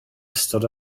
ystod